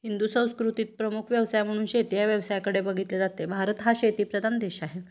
हिंदू संस्कृतीत प्रमुख व्यवसाय म्हणून शेती या व्यवसायाकडे बघितले जाते भारत हा शेतीप्रधान देश आहे